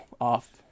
off